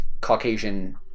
Caucasian